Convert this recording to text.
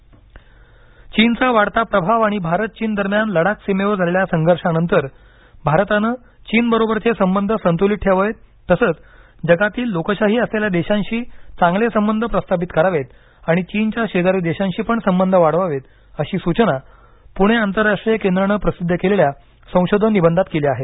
चीन शोधनिबंध चीनचा वाढता प्रभाव आणि भारत चीन दरम्यान लडाख सीमेवर झालेल्या संघर्षानंतर भारताने चीनबरोबरचे संबंध संतुलित ठेवावेत तसंच जगातील लोकशाही असलेल्या देशांशी चांगले संबंध प्रस्तापित करावेत आणि चीनच्या शेजारी देशांशी पण संबंध वाढवावेत अशी सूचना पुणे आंतरराष्ट्रीय केंद्रान प्रसिद्ध केलेल्या संशोधन निबंधात केली आहे